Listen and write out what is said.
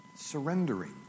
Surrendering